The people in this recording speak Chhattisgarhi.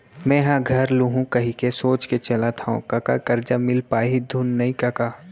मेंहा घर लुहूं कहिके सोच के चलत हँव कका करजा मिल पाही धुन नइ कका